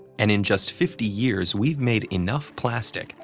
and in just fifty years, we've made enough plastic,